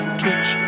twitch